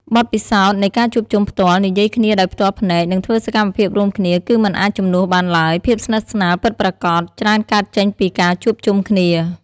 បទពិសោធន៍នៃការជួបជុំផ្ទាល់ និយាយគ្នាដោយផ្ទាល់ភ្នែក និងធ្វើសកម្មភាពរួមគ្នាគឺមិនអាចជំនួសបានឡើយ ភាពស្និទ្ធស្នាលពិតប្រាកដច្រើនកើតចេញពីការជួបជុំគ្នា។